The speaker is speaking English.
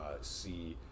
see